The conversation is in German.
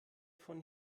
von